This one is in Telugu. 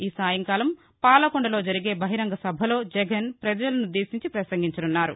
ఈ సాయంకాలం పాలకొండలో జరిగే బహిరంగ సభలో జగన్ పజలనుద్దేశించి పసంగించనున్నారు